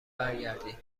برگردین